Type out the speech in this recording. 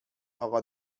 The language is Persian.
آقا